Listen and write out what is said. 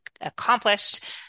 accomplished